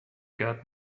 got